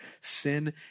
sin